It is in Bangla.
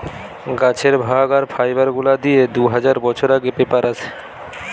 গাছের ভাগ আর ফাইবার গুলা দিয়ে দু হাজার বছর আগে পেপার আসে